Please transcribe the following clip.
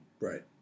Right